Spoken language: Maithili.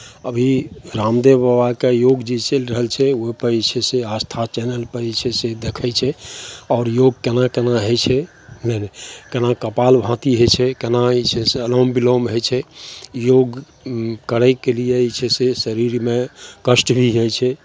अभी रामदेव बाबाके योग जे चलि रहल छै ओइपर जे छै से आस्था चैनलपर जे छै से देखय छै आओर योग केना केना होइ छै नहि केना कपाल भाति होइ छै केना अनुलोम विलोम होइ छै योग करयके लिये जे छै से शरीरमे कष्ट भी होइ छै